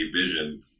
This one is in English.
vision